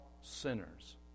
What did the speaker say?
sinners